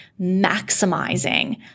maximizing